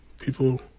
people